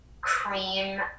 cream